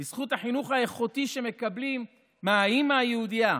בזכות החינוך האיכותי שמקבלים מהאימא היהודייה,